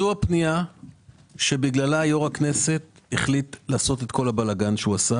זו הפנייה שבגללה יושב-ראש הכנסת החליט לעשות את כל הבלגן שהוא עשה